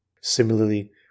Similarly